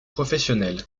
professionnels